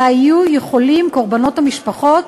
אלא יהיו יכולים, קורבנות המשפחות